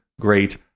great